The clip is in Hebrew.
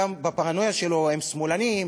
בפרנויה שלו הם שמאלנים,